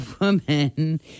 woman